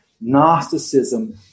Gnosticism